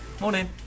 morning